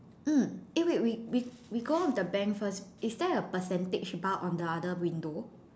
mm eh wait we we go the bank first is there a percentage bar on the other window